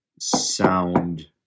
sound